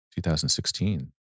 2016